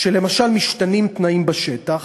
כשלמשל משתנים תנאים בשטח